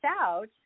out